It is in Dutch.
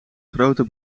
grote